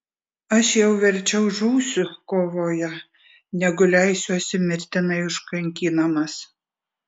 aš jau verčiau žūsiu kovoje negu leisiuosi mirtinai užkankinamas